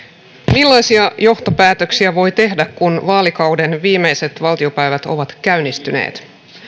millaisia johtopäätöksiä voi tehdä kun vaalikauden viimeiset valtiopäivät ovat käynnistyneet